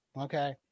Okay